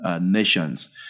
nations